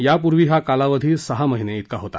यापूर्वी हा कालावधी सहा महिने ब्रिका होता